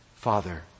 Father